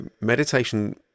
meditation